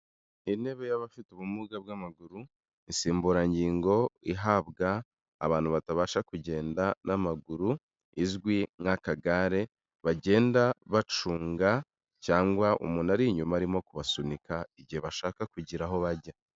Intebe y'abafite ubumuga bw'amaguru, insimburangingo ihabwa abantu batabasha kugenda n'amaguru izwi nk'akagare, bagenda bacunga cyangwa umuntu ari inyuma arimo kubasunika, igihe bashaka kugira aho bajya.